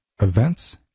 events